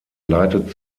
leitet